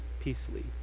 peacefully